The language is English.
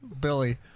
Billy